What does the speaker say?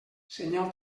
senyal